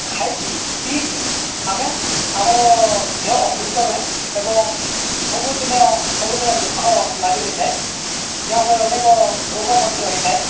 ଖାଇକି ପିଇକି ଆମେ ଆମର ଦେହ ଅସୁସ୍ଥ ରୁହେ ଏବଂ ସବୁଦିନେ ସବୁଦିନ ଦୁଃଖ ଲାଗି ରହିଥାଏ ଯାହାଫଳରେ ଅନେକ ରୋଗ ମଧ୍ୟ ହୋଇଥାଏ